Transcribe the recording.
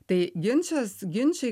tai ginčas ginčai